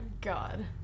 God